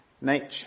nature